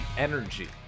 Energy